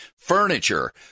Furniture